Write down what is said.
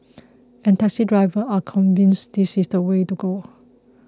and taxi drivers are convinced this is the way to go